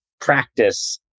practice